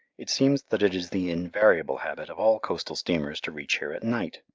it seems that it is the invariable habit of all coastal steamers to reach here at night,